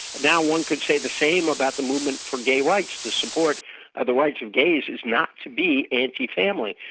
now one could say the same about the movement for gay rights. to support ah the rights of gays is not to be anti-family.